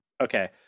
Okay